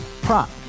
Prop